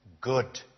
good